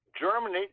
Germany